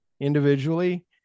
individually